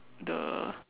the